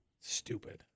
Stupid